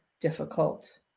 difficult